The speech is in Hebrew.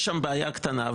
יש שם בעיה קטנה,